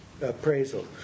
appraisal